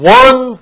one